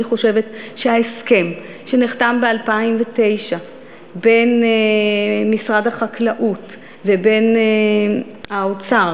אני חושבת שההסכם שנחתם ב-2009 בין משרד החקלאות לבין משרד האוצר